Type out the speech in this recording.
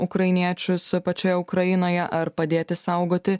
ukrainiečius pačioj ukrainoje ar padėti saugoti